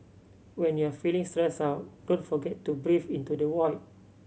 when you are feeling stressed out don't forget to breathe into the void